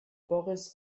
boris